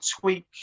tweak